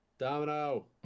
Domino